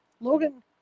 Logan